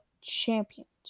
Champions